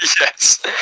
Yes